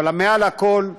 אבל מעל הכול,